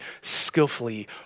skillfully